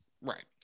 Right